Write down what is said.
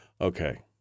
Okay